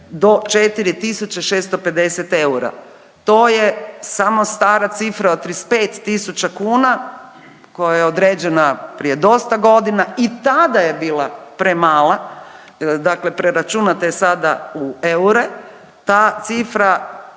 do 4.650 eura, to je samo stara cifra od 35.000 kuna koja je određena prije dosta godina i tada je bila premala. Dakle, preračunajte sada u eure ta cifra